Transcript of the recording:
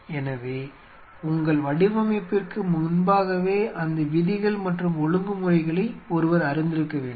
எனவே உங்கள் வடிவமைப்பிற்கு முன்பாகவே அந்த விதிகள் மற்றும் ஒழுங்குமுறைகளை ஒருவர் அறிந்திருக்க வேண்டும்